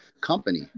company